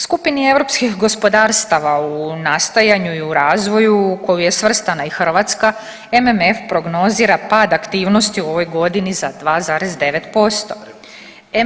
Skupini europskih gospodarstava u nastajanju i u razvoju u koju je svrstana i Hrvatska MMF prognozira pad aktivnosti u ovoj godini za 2,9%